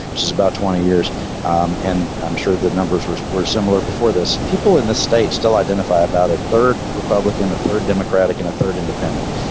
she's about twenty years um and i'm sure the numbers were were similar before this. people in the state still identify about a third republican, a third democratic and a third independent.